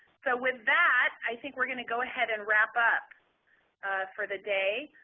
so, with that, i think we're going to go ahead and wrap up for the day.